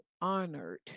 honored